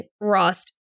rost